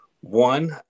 one